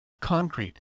concrete